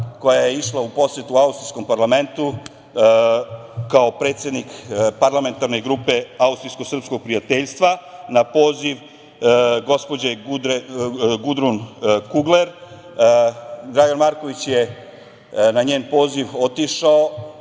koja je išla u posetu austrijskom parlamentu, kao predsednik parlamentarne grupe austrijsko-srpskog prijateljstva na poziv gospođe Gudrun Kugler. Dragan Marković je na njen poziv otišao.